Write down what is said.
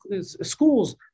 schools